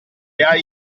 hai